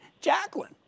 Jacqueline